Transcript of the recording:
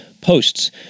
posts